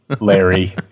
Larry